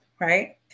right